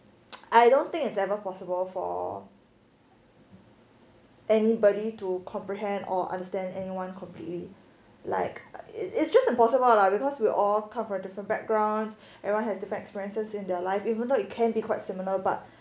I don't think it's ever possible for anybody to comprehend or understand anyone completely like it's just impossible lah because we all come from different backgrounds everyone has different experiences in their life even though it can be quite similar but